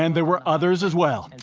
and there were others as well,